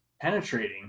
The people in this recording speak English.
penetrating